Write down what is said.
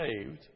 saved